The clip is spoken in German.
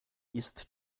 ist